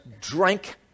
drank